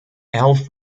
alf